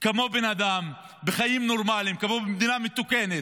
כמו בן אדם, חיים נורמליים, כמו במדינה מתוקנת,